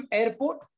airport